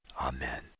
Amen